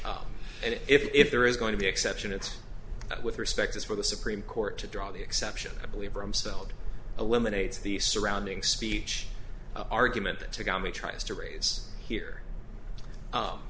and if there is going to be exception it's with respect as for the supreme court to draw the exception i believe rumsfeld eliminates the surrounding speech argument that got me tries to raise here